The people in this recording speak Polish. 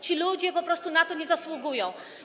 Ci ludzie po prostu na to nie zasługują.